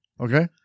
Okay